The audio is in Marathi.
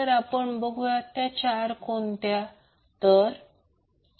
आपण बघूया हे चार सर्किट कोणते